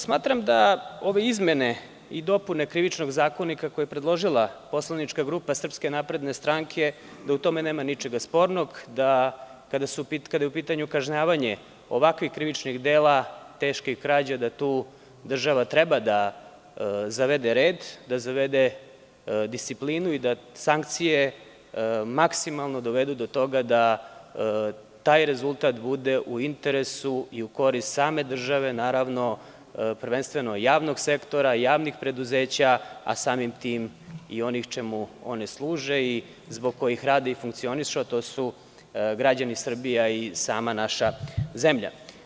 Smatram da u ovim izmenama i dopunama Krivičnog zakonika, koje je predložila poslanička grupa SNS, nema ničega spornog, da kada je u pitanje kažnjavanje ovakvih krivičnih dela teških krađa, da tu država treba da zavede red, da zavede disciplinu i da sankcije maksimalno dovedu do toga da taj rezultat bude u interesu i u korist same države, naravno, prvenstveno javnog sektora i javnih preduzeća, a samim tim i onih čemu one služe i zbog kojih rade i funkcionišu, a to su građani Srbije, a i sama naša zemlja.